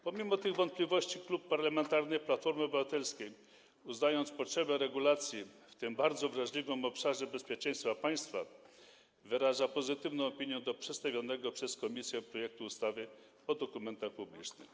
Pomimo tych wątpliwości Klub Parlamentarny Platforma Obywatelska, uznając potrzebę regulacji w tym bardzo wrażliwym obszarze bezpieczeństwa państwa, wyraża pozytywną opinię dotyczącą przedstawionego przez komisję projektu ustawy o dokumentach publicznych.